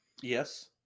Yes